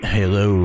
Hello